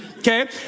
Okay